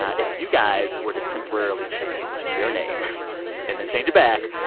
if you guys were to temporarily change your name and then change it back,